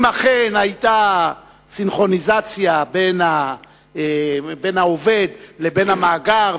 אם אכן היתה סינכרוניזציה בין העובד לבין המאגר,